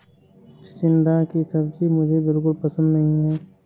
चिचिण्डा की सब्जी मुझे बिल्कुल पसंद नहीं है